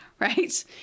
right